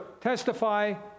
testify